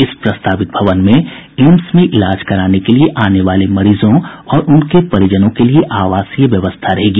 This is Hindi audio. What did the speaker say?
इस प्रस्तावित भवन में एम्स में इलाज कराने के लिए आने वाले मरीजों और उनके परिजनों के लिए आवासीय व्यवस्था रहेगी